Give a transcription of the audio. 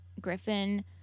Griffin